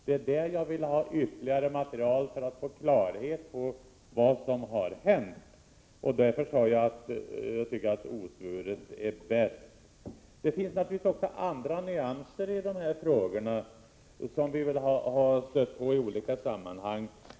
Det är där jag vill har ytterligare material för att få klarhet i vad som har hänt, och därför sade jag att jag tycker att osvuret är bäst. Det finns naturligtvis nyanser i de här frågorna, som vi har stött på i olika sammanhang.